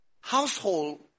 household